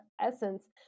essence